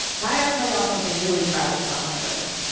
now i've got to tell you something really tragic about microbes.